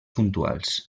puntuals